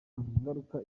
ngaruka